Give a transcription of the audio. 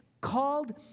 called